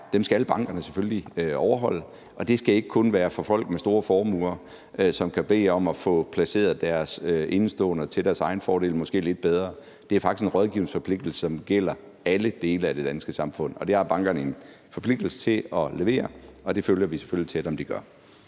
er, skal bankerne selvfølgelig overholde, og det skal ikke kun være for folk med store formuer, som kan bede om at få placeret deres indeståender til deres egen fordel og måske lidt bedre. Det er faktisk en rådgivningsforpligtelse, som gælder alle dele af det danske samfund. Det har bankerne en forpligtelse til at levere, og vi følger det selvfølgelig tæt for at se,